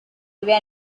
area